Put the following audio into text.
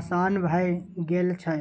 आसान भए गेल छै